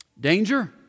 Danger